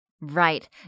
Right